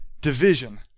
division